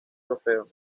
trofeo